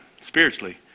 spiritually